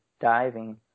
diving